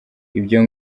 ibyo